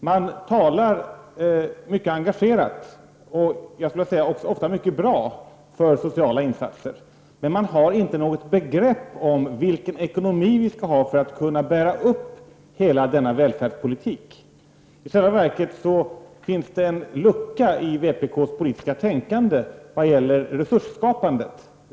Man talar mycket engagerat och jag skulle vilja säga ofta mycket bra för sociala insatser, men man har inte något begrepp vilken ekonomi som vi skall ha för att kunna bära upp hela denna välfärdspolitik. I själva verket finns det en lucka i vpk:s politiska tänkande vad gäller resursskapandet.